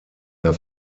der